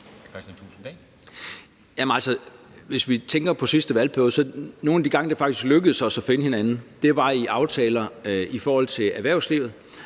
Thulesen Dahl (DF): Jamen altså, hvis vi tænker på sidste valgperiode, var nogle af de gange, hvor det faktisk lykkedes os at finde hinanden, i aftaler i forhold til erhvervslivet,